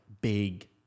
big